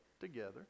together